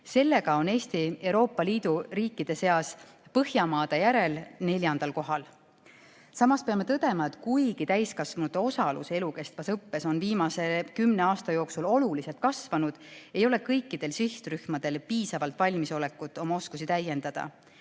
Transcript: Sellega on Eesti Euroopa Liidu riikide seas Põhjamaade järel neljandal kohal. Samas peame tõdema, et kuigi täiskasvanute osalus elukestvas õppes on viimase kümne aasta jooksul oluliselt kasvanud, ei ole kõikidel sihtrühmadel piisavalt valmisolekut oma oskusi täiendada.